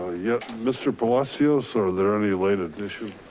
ah yeah, mr. palacios, are there any related issue?